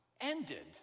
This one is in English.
ended